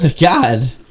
God